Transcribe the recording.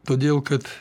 todėl kad